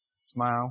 smile